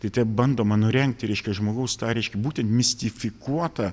tai taip bandoma nurengti reiškia žmogaus tą reiškia būtent mistifikuotą